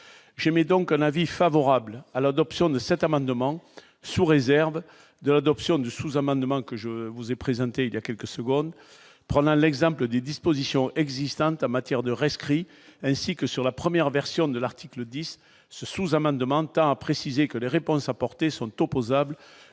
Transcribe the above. j'aime donc un avis favorable à l'adoption de cet amendement, sous réserve de l'adoption de sous amendements que je vous ai présenté il y a quelques secondes, prenant l'exemple des dispositions existantes en matière de rescrit ainsi que sur la première version de l'article 10 ce sous-amendement de temps, a précisé que les réponses apportées sont opposables